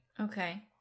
okay